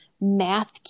Math